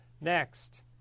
Next